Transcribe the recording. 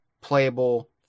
playable